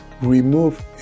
remove